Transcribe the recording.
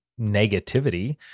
negativity